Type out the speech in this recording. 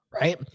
right